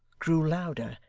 grew louder,